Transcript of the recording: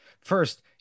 first